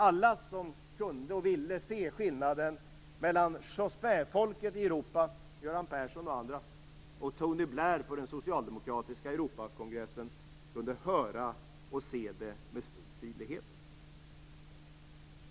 Alla som kunde och ville se skillnaden mellan Jospinfolket i Europa, som Göran Persson och andra, och Tony Blair på den socialdemokratiska europeiska kongressen hörde och såg det med stor tydlighet.